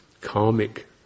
karmic